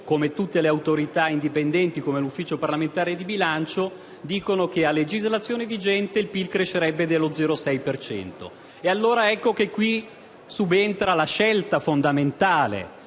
come tutte le autorità indipendenti e come l'Ufficio parlamentare di bilancio, sostiene che, a legislazione vigente, il PIL crescerebbe dello 0,6 per cento. Ecco allora che qui subentra la scelta fondamentale